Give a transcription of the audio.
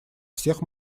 всех